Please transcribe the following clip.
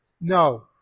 No